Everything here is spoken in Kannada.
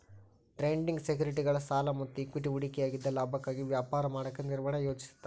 ಟ್ರೇಡಿಂಗ್ ಸೆಕ್ಯುರಿಟಿಗಳ ಸಾಲ ಮತ್ತ ಇಕ್ವಿಟಿ ಹೂಡಿಕೆಯಾಗಿದ್ದ ಲಾಭಕ್ಕಾಗಿ ವ್ಯಾಪಾರ ಮಾಡಕ ನಿರ್ವಹಣೆ ಯೋಜಿಸುತ್ತ